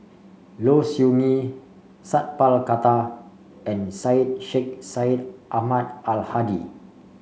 Low Siew Nghee Sat Pal Khattar and Syed Sheikh Syed Ahmad Al Hadi